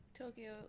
Tokyo